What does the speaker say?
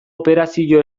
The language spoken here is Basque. operazio